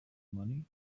money